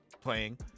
playing